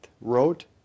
wrote